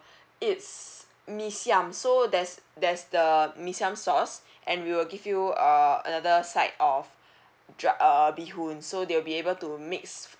it's mee siam so there's there's the mee siam sauce and we will give you err another side of dra~ uh bee hoon so they will be able to mix